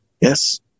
yes